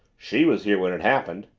she was here when it happened.